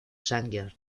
sargent